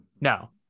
No